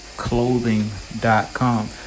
clothing.com